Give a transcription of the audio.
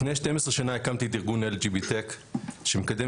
לפני 12 שנה הקמתי את ארגון LGBTECH שמקדם